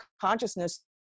consciousness